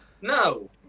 No